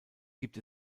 gibt